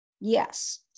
Yes